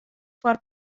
foar